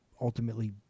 ultimately